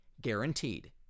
Guaranteed